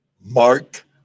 Mark